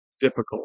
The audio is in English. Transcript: difficult